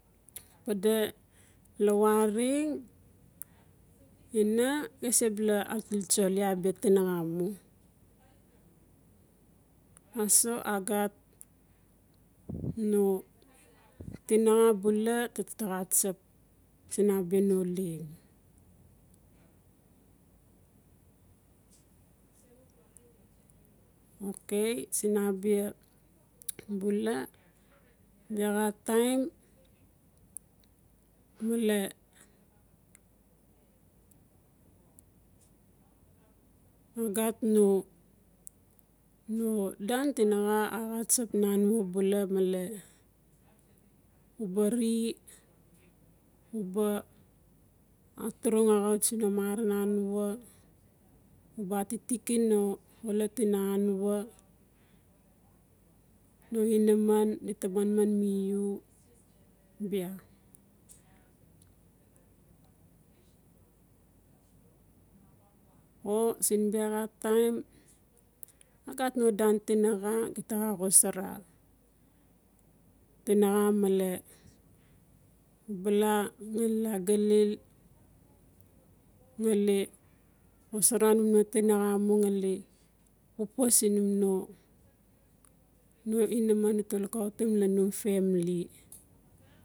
Pade lawareng atil tsoli abia tinaxa mu. Aso agat no tinaxa bula axa tsap siin abia no leng. Okay siin abia bula biaxa taim male agat no-no dan tinaxa axa tsap nanua bula male uba ri ubo aturing axau tsi no mara nanua uba atitiki no xolot ina anua no ina man dita manman ni u bia o siin biaxa taim agat no dan tinaxa gita xa xosara. tinaxa male ubala ngali laa galil ngali xosara num no tinaxa mu ngali siin num no no inaman uta lukautim nan num family.